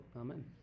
amen